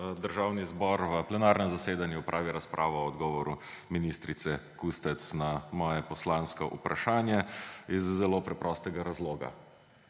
Državni zbor v plenarnem zasedanju opravi razpravo o odgovoru ministrice Kustec na moje poslansko vprašanje. Iz zelo preprostega razloga,